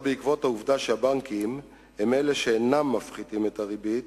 בשל העובדה שהבנקים הם שאינם מפחיתים את הריבית